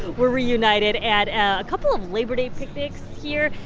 we're reunited at a couple of labor day picnics here.